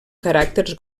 caràcters